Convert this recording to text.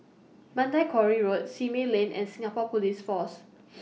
Mandai Quarry Road Simei Lane and Singapore Police Force